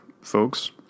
folks